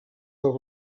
dels